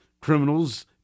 criminals